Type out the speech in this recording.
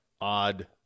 odd